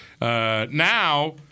Now